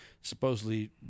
supposedly